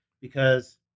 because-